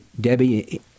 Debbie